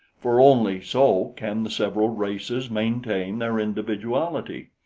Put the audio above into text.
for only so can the several races maintain their individuality.